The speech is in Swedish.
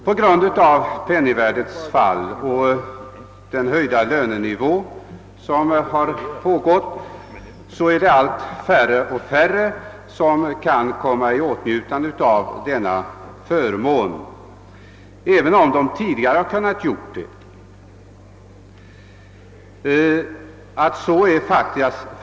På grund av penningvärdets fall och den höjda lönenivån är det allt färre som kan komma i åtnjutande av denna förmån, även om de tidigare har kunnat tillgodogöra sig denna.